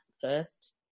first